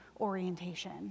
orientation